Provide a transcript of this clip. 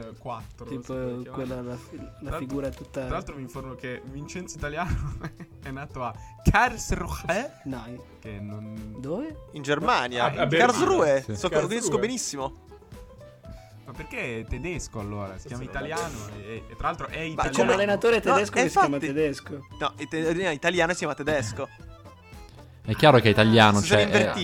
quattro, Tipo non so come si chiama. quella, la fi- la Tra l'altro- figura tutta- tra l'altro mi informo che Vincenzo Italiano è nato a Karlsruhe, No, in- che non- Dove? In Germania. Ah, a Berlino. Karlsruhe. Sì. So che lo Karlsruhe. tedesco benissimo. Ma perché è tedesco, allora? Si Sì, chiama sì. italiano Sì. e- e tra l'altro è Ma come- italiano. c'è un allenatore tedesco No, che e infatti- si chiama tedesco? No, ite- italiano si chiama tedesco. È chiaro che è italiano, Si sono cioè, eh, invertiti.